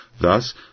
Thus